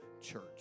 church